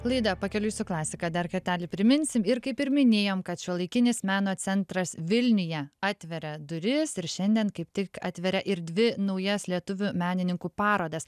laida pakeliui su klasika dar kartelį priminsim ir kaip ir minėjom kad šiuolaikinis meno centras vilniuje atveria duris ir šiandien kaip tik atveria ir dvi naujas lietuvių menininkų parodas